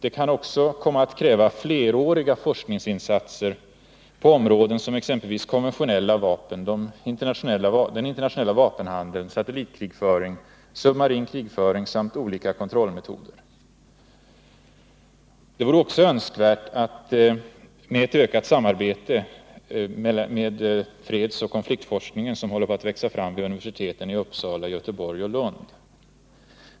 Detta kan också komma att kräva fleråriga forskningsinsatser på områden som konventionella vapen, internationell vapenhandel, satellitkrigföring och submarin krigföring samt när det gäller olika kontrollmetoder. Det vore också önskvärt med ett ökat samarbete med den fredsoch konfliktforskning som håller på att växa fram vid universiteten i Uppsala, Göteborg och Lund.